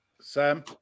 Sam